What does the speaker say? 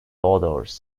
authors